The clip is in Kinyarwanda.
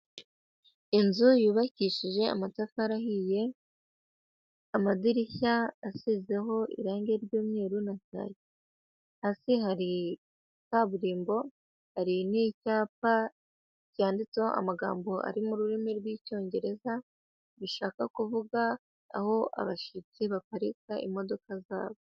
Inzu yubakishije amatafari ahiye, amadirishya asizeho irange ry'umweru na sa, hasi hari kaburimbo, hari n'icyapa cyanyanditseho amagambo ari mu rurimi rw'icyongereza, bishaka kuvuga aho abashyitsi baparika imodoka zabo.